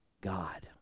God